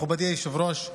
מכובדי היושב-ראש,